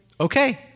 Okay